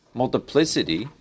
multiplicity